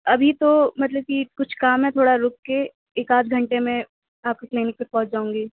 ابھی تو مطلب کہ کچھ کام ہے تھوڑا رُک کے ایک آدھے گھنٹے میں آپ کے کلینک پہ پہنچ جاؤں گی